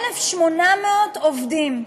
1,800 עובדים,